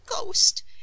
ghost